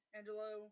Angelo